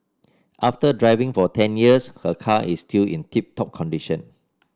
after driving for ten years her car is still in tip top condition